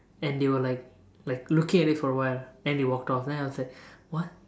and they were like like looking at it for a while then they walked off then I was like what